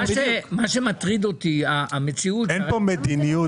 מה שמטריד אותי, המציאות -- אין פה מדיניות.